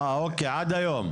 אוקיי, עד היום.